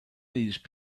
these